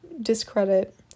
discredit